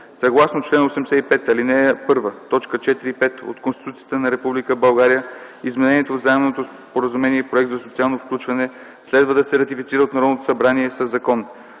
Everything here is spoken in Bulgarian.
Съгласно чл. 85, ал. 1, т. 4 и 5 от Конституцията на Република България Изменението в Заемното споразумение (Проект за социално включване) следва да се ратифицира от Народното събрание със закон,